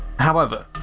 however,